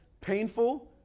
painful